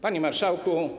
Panie Marszałku!